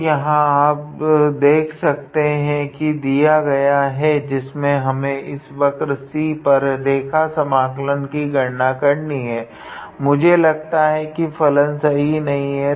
तो यहाँ आप देख सकते है की यह दिया गया है जिसमे हमें इस वक्र C पर रेखा समाकलन की गणना करनी है मुझे लगता है फलन सही नहीं है